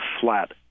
flat